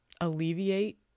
alleviate